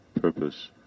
purpose